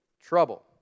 trouble